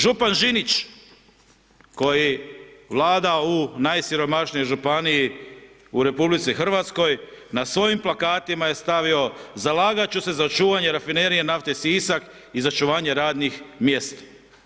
Župan Žinić koji vlada u najsiromašnijoj županiji u RH na svojim plakatima je stavio zalagati ću se za čuvanje Rafinerije nafte Sisak i za očuvanje radnih mjesta.